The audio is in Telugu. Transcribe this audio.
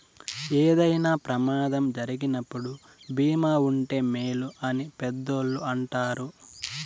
ఏదైనా ప్రమాదం జరిగినప్పుడు భీమా ఉంటే మేలు అని పెద్దోళ్ళు అంటారు